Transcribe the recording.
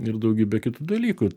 ir daugybė kitų dalykų